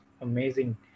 amazing